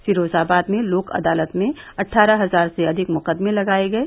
फिरोजाबाद में लोक अदालत में अठारह हजार से अधिक मुकदमें लगाये गये